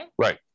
Right